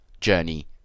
journey